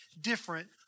different